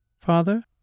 Father